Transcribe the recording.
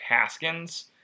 Haskins